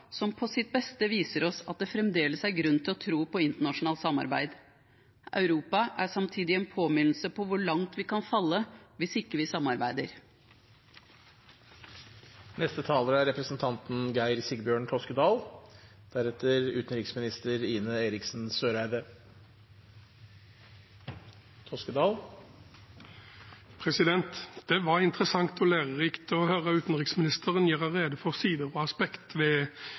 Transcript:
som på sitt beste viser oss at det fremdeles er grunn til å tro på internasjonalt samarbeid. Europa er samtidig en påminnelse om hvor langt vi kan falle hvis vi ikke samarbeider. Det var interessant og lærerikt å høre utenriksministeren gjøre rede for sider og aspekt ved EØS-avtalen og samarbeidet for Norge i Europa – på godt og ondt. Takk skal du ha. For